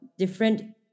different